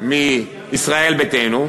מישראל ביתנו,